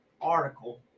article